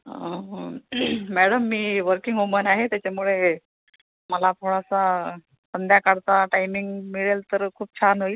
madam मी working woman आहे त्याच्यामुळे मला थोडासा संध्याकाळचा टायमिंग मिळेल तर खूप छान होईल